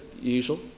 usual